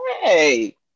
hey